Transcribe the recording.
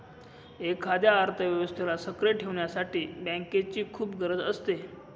एखाद्या अर्थव्यवस्थेला सक्रिय ठेवण्यासाठी बँकेची खूप गरज असते